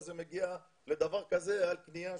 אז קיבלנו איזה שהוא רובד של שכר דירה.